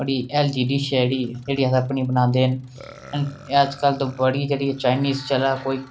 बड़ी healthy dish ऐ जेह्ड़ी जेह्ड़ी अस अपनी बनांदे न अजकल ते बड़ी जेह्ड़ी चाइनीज चला कोई